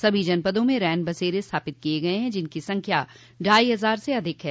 सभी जनपदों में रैन बसेरे स्थापित किए गए हैं जिनकी संख्या ढ़ाई हजार से अधिक है